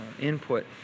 input